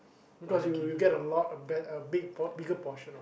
because you you get a lot of best a big uh bigger portion